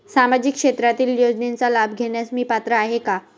सामाजिक क्षेत्रातील योजनांचा लाभ घेण्यास मी पात्र आहे का?